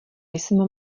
jsem